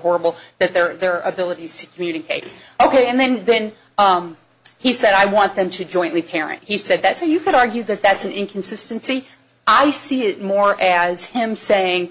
horrible that their abilities to communicate ok and then when he said i want them to jointly parent he said that's how you could argue that that's an inconsistency i see it more as him saying